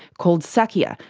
called sacya,